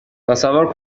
تصور